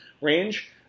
range